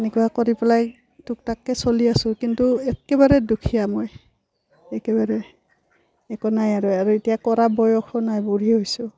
এনেকুৱা কৰি পেলাই তোক তাককৈ চলি আছো কিন্তু একেবাৰে দুখীয়া মই একেবাৰে একো নাই আৰু আৰু এতিয়া কৰা বয়সো নাই বুঢ়ী হৈছোঁ